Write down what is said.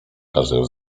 każdym